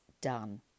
done